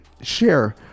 share